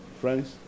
Friends